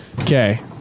Okay